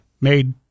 made